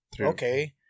okay